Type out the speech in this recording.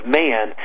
man